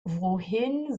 wohin